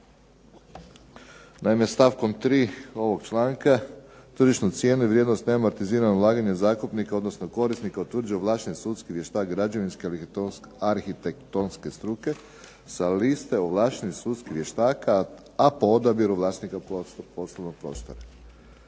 Naime, stavkom 3. ovoga članka tržišnu cijenu i vrijednost neamortiziranog ulaganja zakupnika odnosno korisnika utvrđuje ovlašteni sudski vještak građevinske ili arhitektonske struke sa liste ovlaštenih sudskih vještaka, a po odabiru vlasnika poslovnog prostora.